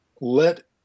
let